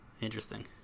interesting